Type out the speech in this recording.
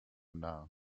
now